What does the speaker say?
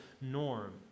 norm